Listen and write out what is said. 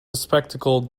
bespectacled